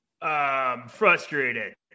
Frustrated